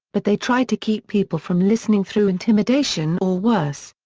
but they try to keep people from listening through intimidation or worse.